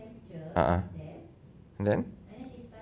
a'ah and then